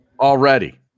already